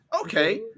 okay